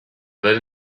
that